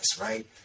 right